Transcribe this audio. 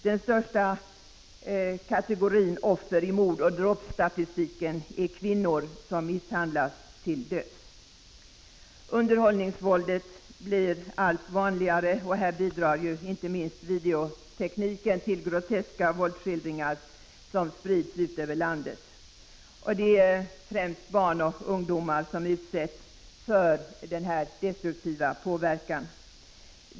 Den största offerkategorin i mordoch dråpstatistiken är kvinnor som misshandlats till döds.” Underhållningsvåldet blir allt vanligare. Inte minst videotekniken bidrar till groteska våldsskildringar som sprids ut över landet. Det är främst barn och ungdomar som utsätts för denna destruktiva påverkan.